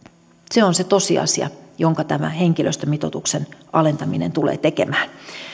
se on se tosiasia mitä tämä henkilöstömitoituksen alentaminen tulee tekemään